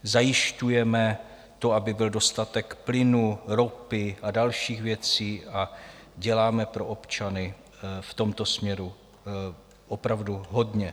Zajišťujeme to, aby byl dostatek plynu, ropy a dalších věcí a děláme pro občany v tomto směru opravdu hodně.